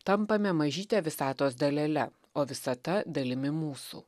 tampame mažyte visatos dalele o visata dalimi mūsų